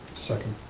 second.